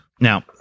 now